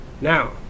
Now